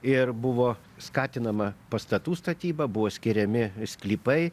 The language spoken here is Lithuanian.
ir buvo skatinama pastatų statyba buvo skiriami sklypai